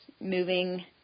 moving –